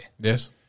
Yes